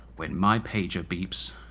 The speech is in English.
when my pager beeped,